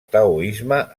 taoisme